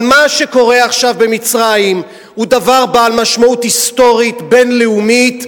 אבל מה שקורה עכשיו במצרים הוא דבר בעל משמעות היסטורית בין-לאומית,